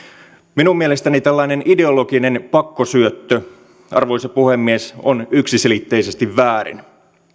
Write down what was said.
minun mielestäni tällainen ideologinen pakkosyöttö arvoisa puhemies on yksiselitteisesti väärin